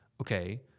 okay